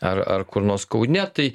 ar ar kur nors kaune tai